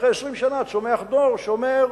אחרי 20 שנה צומח דור שאומר: